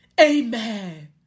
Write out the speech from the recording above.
Amen